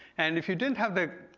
and if you didn't have the